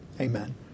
Amen